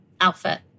outfit